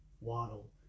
waddle